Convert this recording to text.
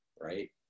right